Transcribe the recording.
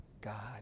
God